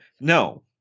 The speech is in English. no